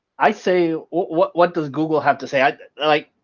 i say what what does google have to say i like